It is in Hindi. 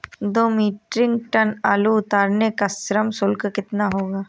दो मीट्रिक टन आलू उतारने का श्रम शुल्क कितना होगा?